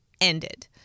ended